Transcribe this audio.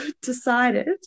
decided